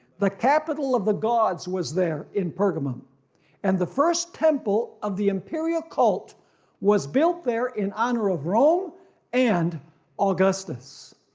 the capital of the gods was there in pergamum and the first temple of the imperial cult was built there in honor of rome and augustus.